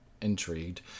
intrigued